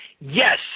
Yes